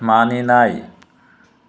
मानिनाय